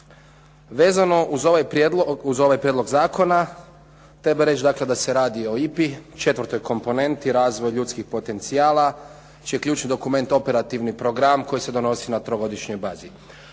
Vezano uz ovaj prijedlog zakona treba reći, dakle da se radi o IPA-i, četvrtoj komponenti razvoj ljudskih potencijala čiji je ključni dokument operativni program koji se donosi na trogodišnjoj bazi.